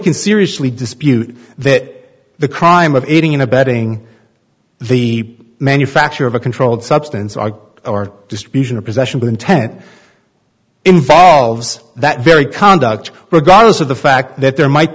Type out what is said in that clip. can seriously dispute that the crime of aiding and abetting the manufacture of a controlled substance are or distribution of possession with intent involves that very conduct regardless of the fact that there might